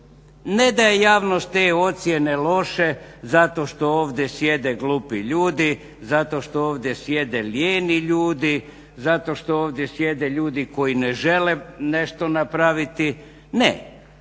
Ne daje javnost te ocjene loše zato što ovdje sjede glupi ljudi, zato što ovdje sjede lijeni ljudi, zato što ovdje sjede ljudi koji ne žele nešto napraviti, ne,